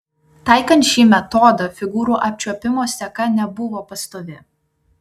taikant šį metodą figūrų apčiuopimo seka nebuvo pastovi